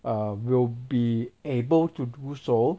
um will be able to do so